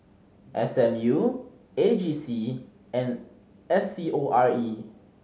S M U A G C and S C O R E